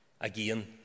again